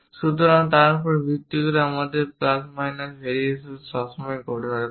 সুতরাং তার উপর ভিত্তি করে আপনার প্লাস এবং মাইনাস ভেরিয়েশন সবসময় ঘটতে পারে